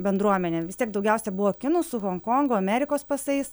bendruomenė vis tiek daugiausia buvo kinų su honkongo amerikos pasais